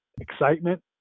excitement